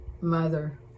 mother